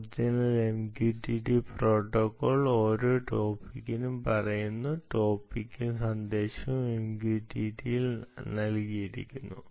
original MQTT protocol ഓരോ ടോപിക്കിനും പറയുന്നു ടോപ്പിക്കും സന്ദേശവും MQTT ൽ നൽകിയിരിക്കുന്നു